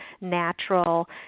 natural